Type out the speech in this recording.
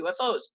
UFOs